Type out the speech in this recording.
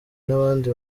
n’abandi